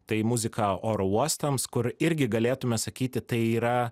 tai muzika oro uostams kur irgi galėtume sakyti tai yra